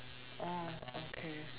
oh okay